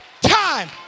time